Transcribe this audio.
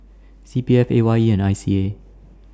C P F A Y E and I C A